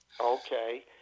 Okay